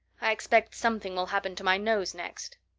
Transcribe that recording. i expect something will happen to my nose next.